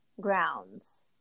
grounds